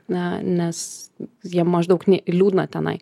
na nes jiem maždaug nė liūdna tenai